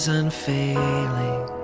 unfailing